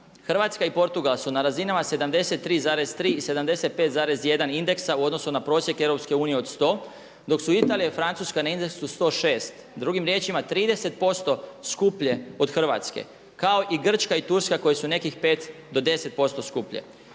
Hrvatska i Portugal su na razinama 73,3 i 75,1 indeksa u odnosu na prosjek EU od 100 dok su Italija, Francuska na indeksu 106. Drugim riječima 30% skuplje od Hrvatske kao i Grčka i Turska koji su nekih 5 do 10% skuplje.